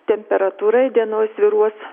temperatūra įdienojus svyruos